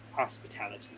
hospitality